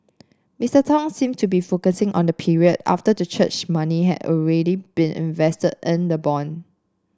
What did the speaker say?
Mister Tong seem to be focusing on the period after the church money had already been invested in the bond